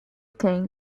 cane